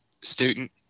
Student